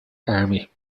army